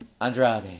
Andrade